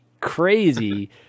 crazy